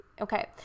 okay